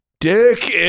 Dick